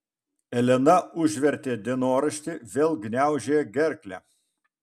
elena užvertė dienoraštį vėl gniaužė gerklę